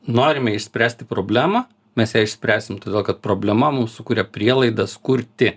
norime išspręsti problemą mes ją išspręsim todėl kad problema mum sukuria prielaidas kurti